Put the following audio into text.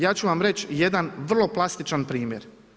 Ja ću vam reći jedan vrlo plastičan primjer.